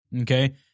Okay